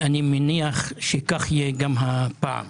אני מניח שכך יהיה גם הפעם.